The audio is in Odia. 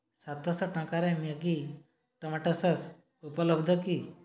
ସାତଶହ ଟଙ୍କାରେ ମ୍ୟାଗି ଟମାଟୋ ସସ୍ ଉପଲବ୍ଧ କି